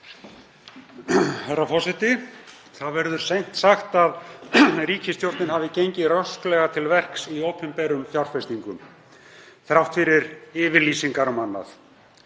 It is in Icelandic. Það verður seint sagt að ríkisstjórnin hafi gengið rösklega til verks í opinberum fjárfestingum þrátt fyrir yfirlýsingar um annað.